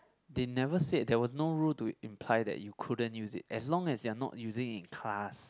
they never said there was no rule to imply that you couldn't use it as long as you're not using it in class